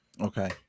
Okay